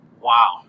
Wow